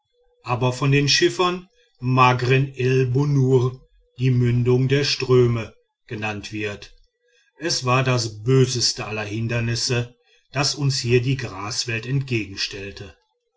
aber von den schiffern magren el bohur die mündung der ströme genannt wird es war das böseste aller hindernisse das uns hier die graswelt entgegenstellte